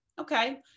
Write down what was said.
okay